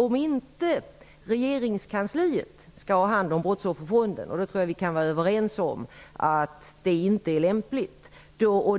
Om inte regeringskansliet skall ha hand om Brottsofferfonden och jag tror att vi kan vara överens om att detta inte är lämpligt,